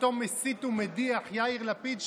ואותו מסית ומדיח יאיר לפיד,